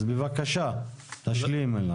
אז בבקשה תשלים אלעזר.